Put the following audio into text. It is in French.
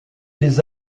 des